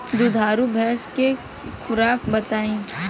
दुधारू भैंस के खुराक बताई?